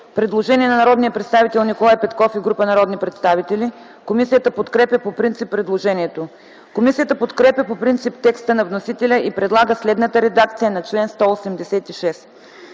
предложение на Николай Петков и група народни представители. Комисията подкрепя по принцип предложението. Комисията подкрепя по принцип текста на вносителя и предлага следната редакция на чл. 187: